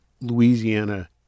Louisiana